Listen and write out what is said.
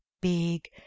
big